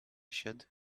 should